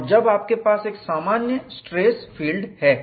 और तब आपके पास एक सामान्य स्ट्रेस फील्ड है